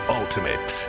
ultimate